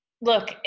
look –